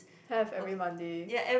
have every Monday